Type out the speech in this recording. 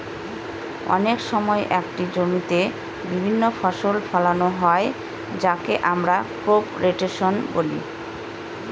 অনেক সময় একটি জমিতে বিভিন্ন ফসল ফোলানো হয় যাকে আমরা ক্রপ রোটেশন বলি